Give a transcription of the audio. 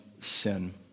sin